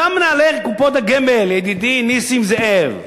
אותם מנהלי קופות הגמל, ידידי נסים זאב,